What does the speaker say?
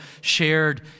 shared